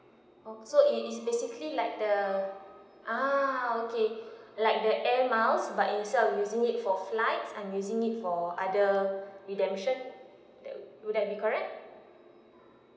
orh so it is basically like the ah okay like the air miles but instead of using it for flight I'm using it for like other redemption that would that be correct